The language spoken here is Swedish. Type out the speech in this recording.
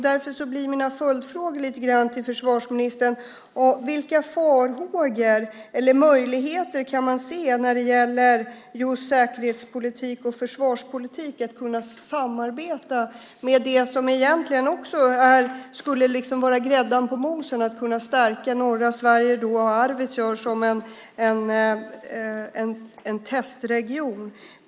Därför blir mina följdfrågor till försvarsministern: Vilka farhågor eller möjligheter kan man se när det gäller just säkerhetspolitik och försvarspolitik att samarbeta med det som egentligen skulle vara grädden på moset, att stärka norra Sverige och Arvidsjaur som en testregion?